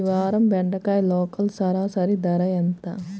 ఈ వారం బెండకాయ లోకల్ సరాసరి ధర ఎంత?